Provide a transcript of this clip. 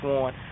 one